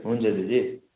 हुन्छ दिदी